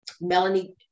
Melanie